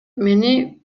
мени